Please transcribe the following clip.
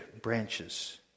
branches